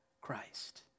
Christ